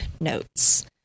notes